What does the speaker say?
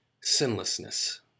sinlessness